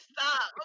Stop